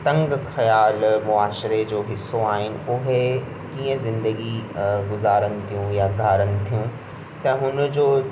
तंग ख़्याल मुहाशरे जो हिसो आहिनि उहे कीअं ज़िदगी गुज़ारीनि थियूं या घारनि थियूं त हुन जो